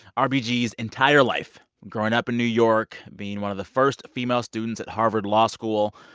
ah rbg's entire life growing up in new york, being one of the first female students at harvard law school,